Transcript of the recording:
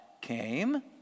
came